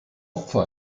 opfer